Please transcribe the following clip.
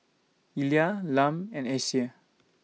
Elia Lum and Acie